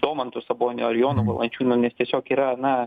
domantu saboniu ar jonu valančiūnu nes tiesiog yra